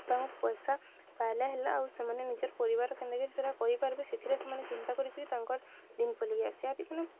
ତାଙ୍କୁ ପଏସା ପାଏଲେ ହେଲା ଆଉ ସେମାନେ ନିଜର୍ ପରିବାର୍ କେନ୍ତାକରି ସେଟା କରିପାର୍ବେ ସେଥିରେ ସେମାନେ ଚିନ୍ତା କରିକିରି ତାଙ୍କର୍ ଦିନ୍ ପଲେଇ ଯାଏସି ଆର୍ ଇମାନେ